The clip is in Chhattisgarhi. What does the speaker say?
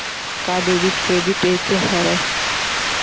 का डेबिट क्रेडिट एके हरय?